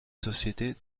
société